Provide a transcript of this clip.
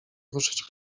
ruszyć